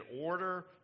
order